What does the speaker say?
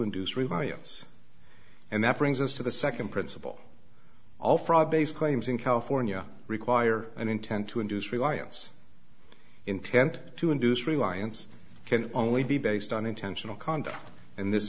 induce reliance and that brings us to the second principle all fraud based claims in california require an intent to induce reliance intent to induce reliance can only be based on intentional conduct and this